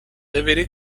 révélée